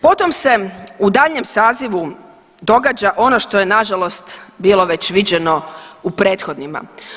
Potom se u daljnjem sazivu događa ono što je nažalost bilo već viđeno u prethodnima.